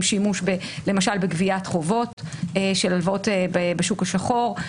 שימוש למשל בגביית חובות של הלוואות בשוק השחור.